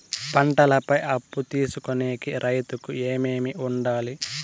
పంటల పై అప్పు తీసుకొనేకి రైతుకు ఏమేమి వుండాలి?